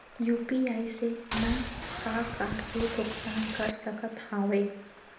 UPI से मैं का का के भुगतान कर सकत हावे?